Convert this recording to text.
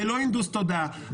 זה לא הנדוס תודעה.